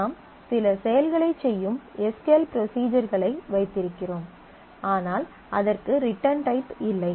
நாம் சில செயல்களைச் செய்யும் எஸ் க்யூ எல் ப்ரொஸிஜர்களை வைத்திருக்கிறோம் ஆனால் அதற்கு ரிட்டர்ன் டைப் இல்லை